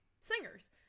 singers